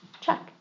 Check